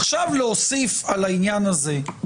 עכשיו להוסיף על העניין הזה,